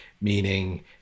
meaning